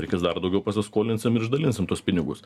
reikės dar daugiau pasiskolinsim ir išdalinsim tuos pinigus